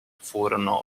furono